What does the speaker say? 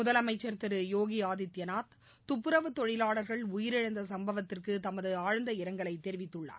முதலமைச்சர் திரு யோகி ஆதித்பநாத் துப்பரவுத்தொழிலாளர்கள் உயிரிழந்த சும்பவத்திற்கு தமது ஆழ்ந்த இரங்கலை தெரிவித்துள்ளார்